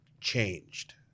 changed